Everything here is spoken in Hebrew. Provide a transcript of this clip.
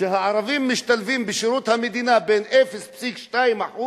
הערבים משתלבים בשירות המדינה בין 0.2%